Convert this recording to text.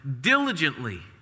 diligently